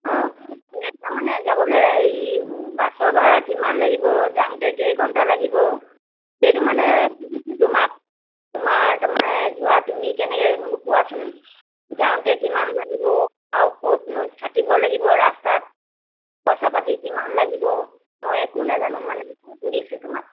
অঁ তাকে তাৰমানে যাবলৈ এই বাছৰ ভাড়া কিমান লাগিব যাওঁতে কেইঘণ্টা লাগিব সেইটো মানে সুধিছোঁ তোমাক তোমাৰ তোমাৰ এই যোৱা তুমি কেনেকৈ মোক কোৱাচোন যাওঁতে কিমান লাগিব আৰু ক'তনো থাকিব লাগিব ৰাস্তাত পইচা পাতি কিমান লাগিব মই একো নেজানো মানে সুজিছোঁ তোমাক